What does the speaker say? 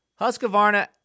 Husqvarna